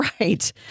right